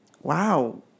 Wow